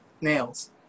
Nails